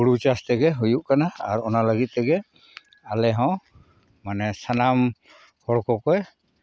ᱦᱩᱲᱩ ᱪᱟᱥ ᱛᱮᱜᱮ ᱦᱩᱭᱩᱜ ᱠᱟᱱᱟ ᱟᱨ ᱚᱱᱟ ᱞᱟᱹᱜᱤᱫ ᱛᱮᱜᱮ ᱟᱞᱮ ᱦᱚᱸ ᱢᱟᱱᱮ ᱥᱟᱱᱟᱢ ᱦᱚᱲ ᱠᱚᱠᱚ